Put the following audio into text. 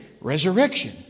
resurrection